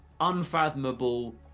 unfathomable